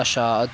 اشاعت